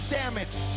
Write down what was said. damage